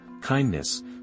kindness